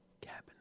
Cabin